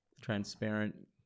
transparent